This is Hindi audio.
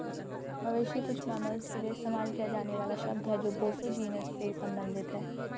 मवेशी कुछ मैमल्स के लिए इस्तेमाल किया जाने वाला शब्द है जो बोसो जीनस से संबंधित हैं